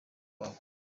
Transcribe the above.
wabo